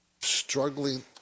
struggling